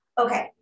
Okay